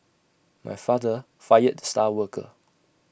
my father fired the star worker